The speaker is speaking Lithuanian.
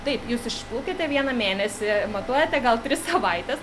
taip jūs išplaukiate vieną mėnesį matuojate gal tris savaites